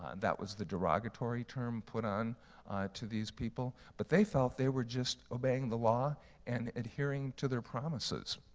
and that was the derogatory term put on to these people. but they thought they were just obeying the law and adhering to their promises.